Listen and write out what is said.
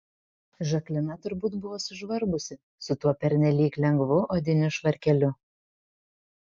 žaklina turbūt buvo sužvarbusi su tuo pernelyg lengvu odiniu švarkeliu